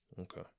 Okay